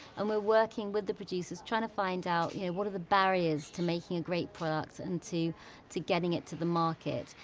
um, we're working with the producers, trying to find out yeah what are the barriers to making a great product and to to getting it to the market.